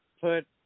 put